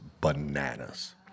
bananas